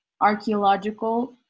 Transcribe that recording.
archaeological